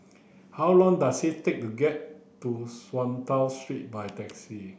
how long does it take to get to Swallow Street by taxi